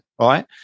right